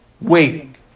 waiting